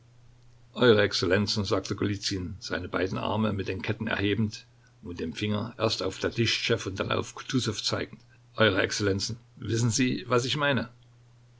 eure exzellenzen sagte golizyn seine beiden arme mit den ketten erhebend und mit dem finger erst auf tatischtschew und dann auf kutusow zeigend eure exzellenzen wissen sie was ich meine